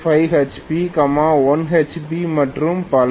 5 HP 1 HP மற்றும் பல